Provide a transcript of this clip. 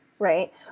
Right